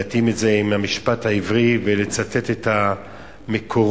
להתאים אותם למשפט העברי ולצטט את המקורות,